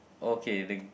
okay the